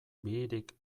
bihirik